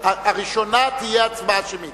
הראשונה תהיה הצבעה שמית.